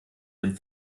dem